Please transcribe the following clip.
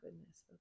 goodness